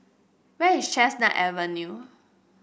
where is Chestnut Avenue